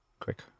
quick